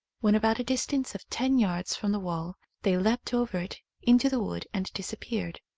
when about a distance of ten yards from the wall they leapt over it into the wood and disappeared.